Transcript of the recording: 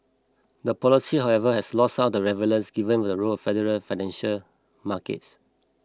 the policy however has lost some of its relevance given the role of the Federal financial markets